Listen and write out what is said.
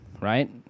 right